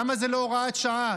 למה זו לא הוראת שעה?